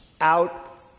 out